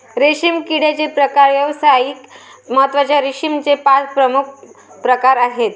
रेशीम किड्याचे प्रकार व्यावसायिक महत्त्वाच्या रेशीमचे पाच प्रमुख प्रकार आहेत